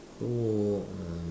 oh um